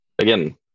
again